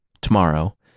Tomorrow